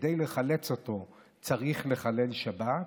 וכדי לחלץ אותו צריך לחלל שבת,